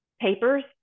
papers